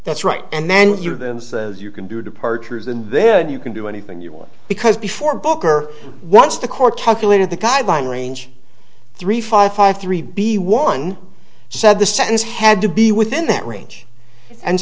that's right and then you can do departures and then you can do anything you want because before booker once the court calculated the guideline range three five five three b one said the sentence had to be within that range and